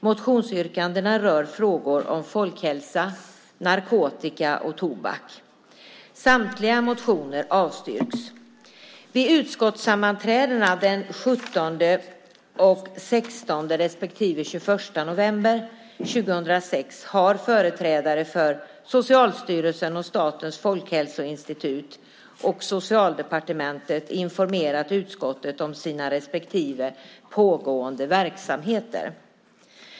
Motionsyrkandena rör frågor om folkhälsa, narkotika och tobak. Samtliga motioner avstyrks. Vid utskottssammanträdena den 7, 16 respektive 21 november 2006 har företrädare för Socialstyrelsen, Statens folkhälsoinstitut och Socialdepartementet informerat utskottet om sina respektive pågående verksamheter.